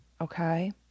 Okay